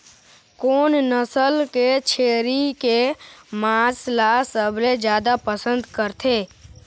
कोन नसल के छेरी के मांस ला सबले जादा पसंद करथे?